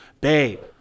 babe